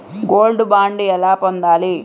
Gold bond ఎలా పొందాలి?